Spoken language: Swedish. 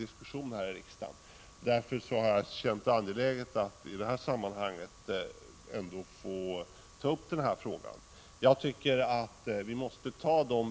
Denna sak kommer alltså inte upp till 30 maj 1986 diskussion här i riksdagen under detta riksmöte. Därför är det angeläget att i detta sammanhang få ta upp den.